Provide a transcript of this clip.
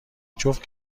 جفت